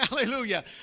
Hallelujah